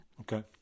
okay